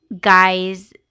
guys